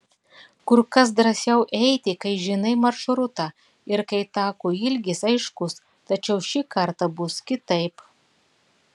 kur kas drąsiau eiti kai žinai maršrutą ir kai tako ilgis aiškus tačiau šį kartą bus kitaip